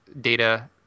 data